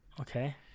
Okay